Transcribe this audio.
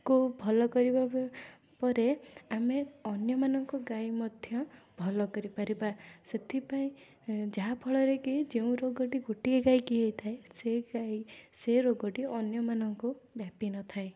କୁ ଭଲ କରିବା ପରେ ଆମେ ଅନ୍ୟମାନଙ୍କ ଗାଈ ମଧ୍ୟ ଭଲ କରିପାରିବା ସେଥିପାଇଁ ଯାହାଫଳରେକି ଯେଉଁ ରୋଗଟି ଗୋଟିଏ ଗାଈକି ହେଇଥାଏ ସେହି ଗାଈ ସେ ରୋଗଟି ଅନ୍ୟମାନଙ୍କୁ ବ୍ୟାପି ନଥାଏ